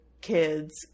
kids